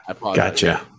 Gotcha